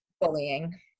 bullying